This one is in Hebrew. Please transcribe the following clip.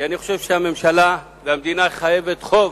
כי אני חושב שהממשלה והמדינה חייבות חוב